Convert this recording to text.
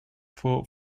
for